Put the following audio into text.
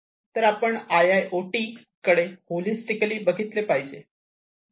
तर आपण I I O T कडे होलिस्टिकली बघितले पाहिजे